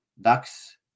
Ducks